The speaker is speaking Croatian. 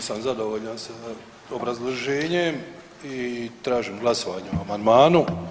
Nisam zadovoljan sa obrazloženjem i tražim glasovanje o amandmanu.